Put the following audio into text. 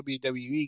WWE